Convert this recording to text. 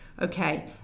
okay